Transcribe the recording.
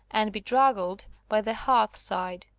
and bedraggled by the hearth side.